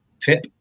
tip